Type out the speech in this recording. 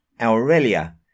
Aurelia